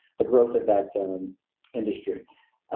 the growth of that industry.